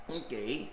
okay